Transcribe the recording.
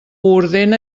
ordena